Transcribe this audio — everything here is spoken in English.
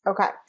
okay